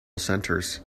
centres